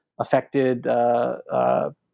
affected